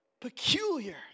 Peculiar